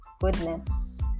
goodness